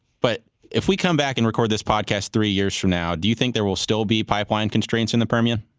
but if we come back and record this podcast three years from now, do you think there will still be pipeline constraints in the permian?